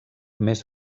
més